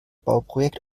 bauprojekt